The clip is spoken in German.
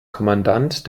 kommandant